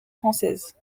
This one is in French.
françaises